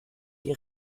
die